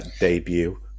debut